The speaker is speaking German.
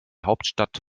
hauptstadt